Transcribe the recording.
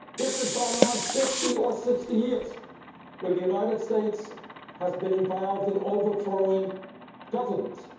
this has gone on fifty or sixty years where the united states has been involved in overthrowing governments.